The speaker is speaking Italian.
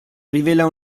rivela